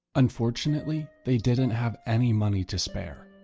unfortunately, they didn't have any money to spare.